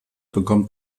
bekommt